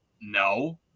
No